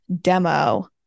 demo